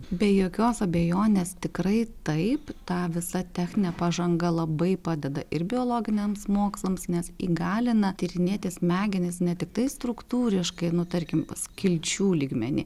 be jokios abejonės tikrai taip aą visa techninė pažanga labai padeda ir biologiniams mokslams nes įgalina tyrinėti smegenis ne tiktai struktūriškai nu tarkim skilčių lygmeny